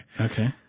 Okay